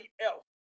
else